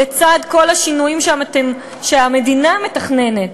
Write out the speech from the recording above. לצד כל השינויים שהמדינה מתכננת